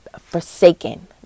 forsaken